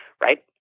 right